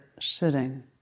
sitting